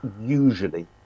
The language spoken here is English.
usually